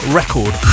record